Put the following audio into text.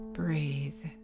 breathe